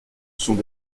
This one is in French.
sont